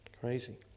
Crazy